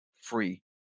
free